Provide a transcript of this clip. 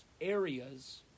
areas